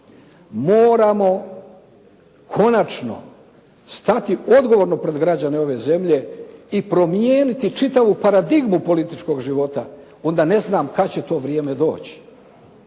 moramo konačno stati odgovorno pred građane ove zemlje i promijeniti čitavu paradigmu političkog života, onda ne znam kad će to vrijeme doći.